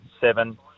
seven